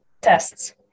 Tests